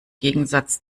gegensatz